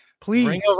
please